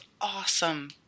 awesome